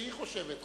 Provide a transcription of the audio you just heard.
שהיא חושבת,